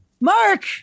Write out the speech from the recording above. Mark